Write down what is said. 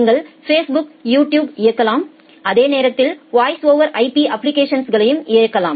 நீங்கள் பேஸ்புக் யூடியூப்பை இயக்கலாம் அதே நேரத்தில் வாய்ஸ் ஓவர் IP அப்ப்ளிகேஷன்களையும் இயக்கலாம்